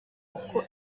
kuko